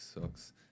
sucks